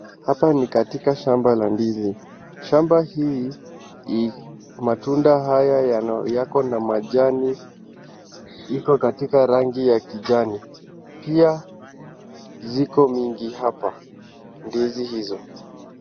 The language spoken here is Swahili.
Hapa ni katika shamba la ndizi. Shamba hii matunda haya yako na majani iko katika rangi ya kijani. Pia ziko mingi hapa ndizi hizo.